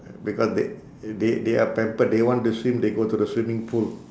because they they they are pampered they want to swim they go to the swimming pool